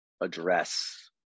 address